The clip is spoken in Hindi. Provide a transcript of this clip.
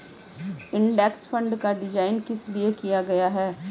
इंडेक्स फंड का डिजाइन किस लिए किया गया है?